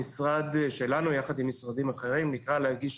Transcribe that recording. המשרד שלנו יחד עם משרדים אחרים נקרא להגיש